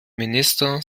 minister